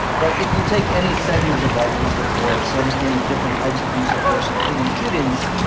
but if you take any segment of that use of force, any any different types of use of force, including shootings,